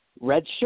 redshirt